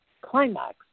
climax